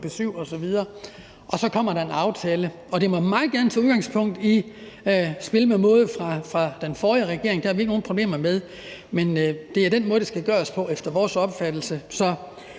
Og så kommer der en aftale. Det må meget gerne tage udgangspunkt i »Spil med måde« fra den forrige regering. Det har vi ikke nogen problemer med. Men det er den måde, det skal gøres på efter vores opfattelse. Så